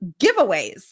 giveaways